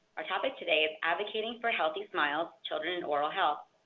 our topic today is advocating for healthy smiles children and oral health.